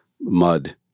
mud